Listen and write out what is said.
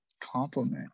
compliment